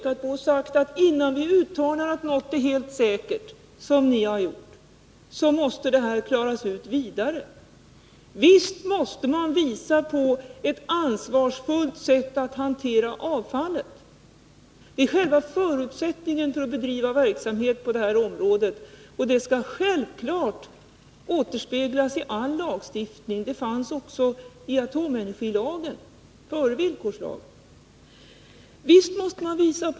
Vi har ju sagt att innan man uttalar att något är helt säkert — som ni har gjort — måste det här klaras ut. Visst måste man ange ett ansvarsfullt sätt att hantera avfallet. Detta är själva förutsättningen för att man skall kunna bedriva verksamhet på det här området, det skall självfallet återspeglas i all lagstiftning. Det här fanns f. ö. också med i atomenergilagen före villkorslagen.